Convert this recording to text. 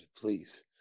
please